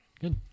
good